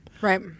Right